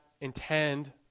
intend